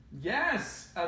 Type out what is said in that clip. Yes